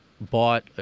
bought